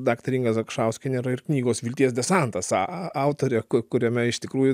daktarė inga zakšauskienė yra ir knygos vilties desantas a a autorė ku kuriame iš tikrųjų